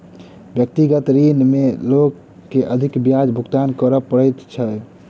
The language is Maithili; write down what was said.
व्यक्तिगत ऋण में लोक के अधिक ब्याज भुगतान करय पड़ैत छै